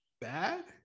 bad